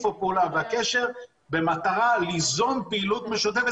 פעולה וקשר במטרה ליזום פעילות משותפת.